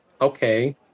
Okay